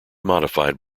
modified